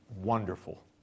wonderful